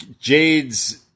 jade's